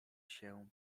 się